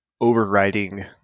overriding